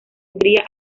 hungría